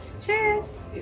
Cheers